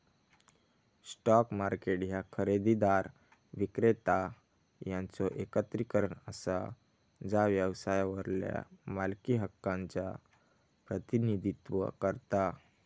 stock market ह्या खरेदीदार, विक्रेता यांचो एकत्रीकरण असा जा व्यवसायावरल्या मालकी हक्कांचा प्रतिनिधित्व करता